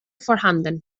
vorhanden